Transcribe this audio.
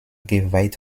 geweiht